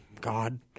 God